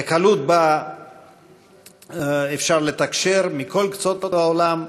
בקלות שבה אפשר לתקשר עם כל קצות העולם,